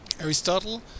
Aristotle